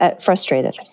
frustrated